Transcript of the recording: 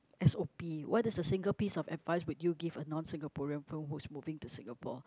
s_o_p what is a single piece of advice would you give a non Singaporean who's moving to Singapore